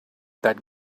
that